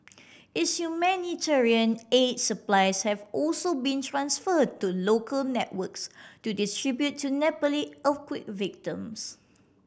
its humanitarian aid supplies have also been transferred to local networks to distribute to Nepali earthquake victims